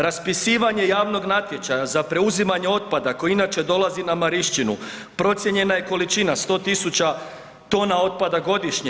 Raspisivanje javnog natječaja za preuzimanje otpada, koji inače dolazi na Marišćinu, procijenjena je količina 100 000 tona otpada godišnje.